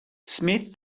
smith